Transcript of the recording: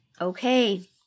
Okay